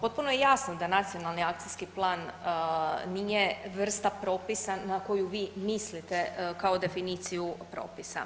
Potpuno je jasno da nacionalni akcijski plan nije vrta propisa na koju vi mislite kao definiciju propisa.